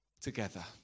together